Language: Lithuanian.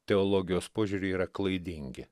teologijos požiūriu yra klaidingi